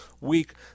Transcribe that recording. week